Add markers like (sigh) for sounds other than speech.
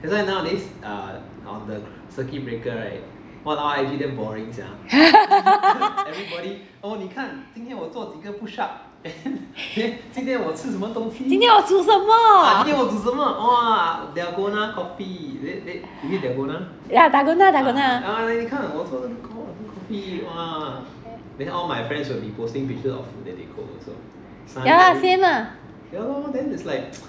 (laughs) 今天我煮什么 ya dalgona dalgona ya lah same lah